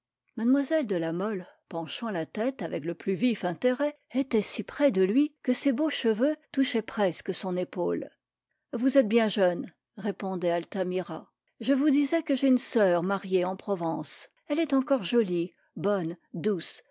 mlle de la mole penchant la tête avec le plus vif intérêt était si près de lui que ses beaux cheveux touchaient presque son épaule vous êtes bien jeune répondait altamira je vous disais que j'ai une soeur mariée en provence elle est encore jolie bonne douce